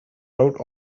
wrote